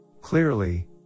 Clearly